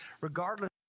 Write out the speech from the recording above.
regardless